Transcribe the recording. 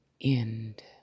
end